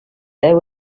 there